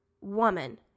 woman